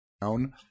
down